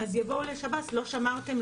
אז יבואו לשב"ס: לא שמרתם,